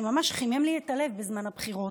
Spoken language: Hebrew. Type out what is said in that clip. שממש חימם לי את הלב בזמן הבחירות,